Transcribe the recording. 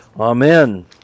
Amen